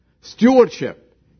stewardship